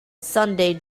sunday